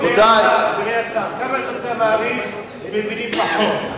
אדוני השר, כמה שאתה מאריך, הם מבינים פחות.